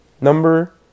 number